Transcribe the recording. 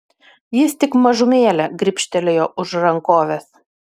jis tik mažumėlę gribštelėjo už rankovės